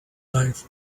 life